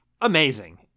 amazing